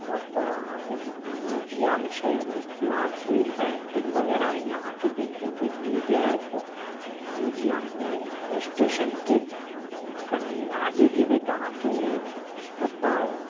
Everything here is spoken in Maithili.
ओत्तऽ अहाँके म्युजिअम छै मिथिलाके पेन्टिग वगैरह ओइमे अहाँके देखैके मिलि जायत म्युजिअममे स्टेशनके कनी आगे जेबय तऽ अहाँके ओत्तऽ